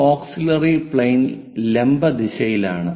ഈ auxiliary plane ലംബ ദിശയിലുമാണ്